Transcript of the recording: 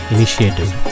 Initiative